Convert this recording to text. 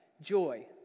joy